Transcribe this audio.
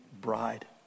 bride